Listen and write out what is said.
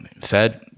Fed